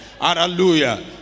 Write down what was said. Hallelujah